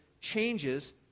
changes